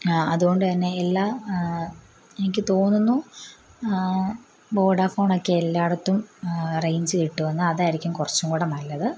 അതുകൊണ്ട് തന്നെ എല്ലാ എനിക്ക് തോന്നുന്നു വോഡാഫോണക്കെ എല്ലായിടത്തും റേയ്ഞ്ച് കിട്ടുവെന്ന് അതായിരിക്കും കുറച്ചും കൂടി നല്ലത്